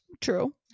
True